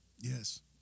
Yes